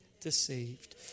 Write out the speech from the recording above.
deceived